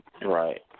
Right